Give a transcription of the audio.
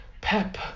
pep